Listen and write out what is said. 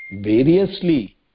variously